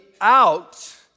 out